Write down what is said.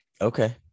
Okay